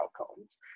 outcomes